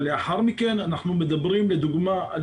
אבל לאחר מכן אנחנו מדברים לדוגמה על